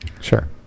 Sure